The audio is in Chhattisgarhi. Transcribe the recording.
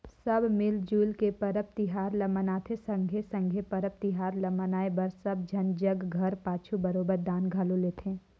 सब मिल जुइल के परब तिहार ल मनाथें संघे संघे परब तिहार ल मनाए बर सब झन जग घर पाछू बरोबेर दान घलो लेथें